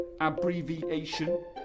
abbreviation